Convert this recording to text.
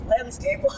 landscape